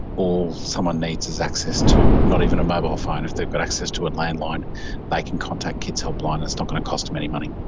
all someone needs is access to not even a mobile phone, if they've got access to a landline they can contact kids helpline and it's not going to cost them any money.